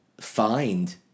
find